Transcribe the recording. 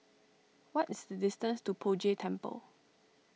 what is the distance to Poh Jay Temple